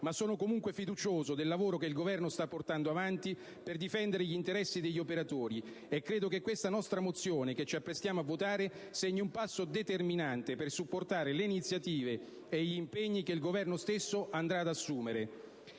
ma sono comunque fiducioso del lavoro che il Governo sta portando avanti per difendere gli interessi degli operatori e credo che questo nostro ordine del giorno, che ci apprestiamo a votare, segni un passo determinate per supportare le iniziative e gli impegni che il Governo stesso andrà ad assumere.